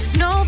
no